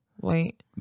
wait